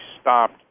stopped